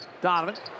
Donovan